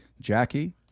jackie